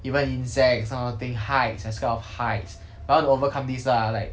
even insects these kind of thing heights I scared of heights but I want to overcome these lah like